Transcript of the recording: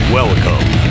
Welcome